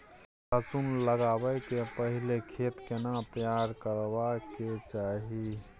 लहसुन लगाबै के पहिले खेत केना तैयार करबा के चाही?